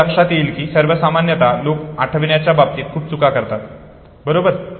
तुमच्या लक्षात येईल कि सामान्यत लोक आठवण्याच्या बाबतीत खूपच चुका करतात बरोबर